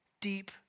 deep